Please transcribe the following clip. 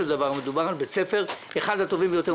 מדובר על אחד מבתי הספר הטובים ביותר.